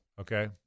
Okay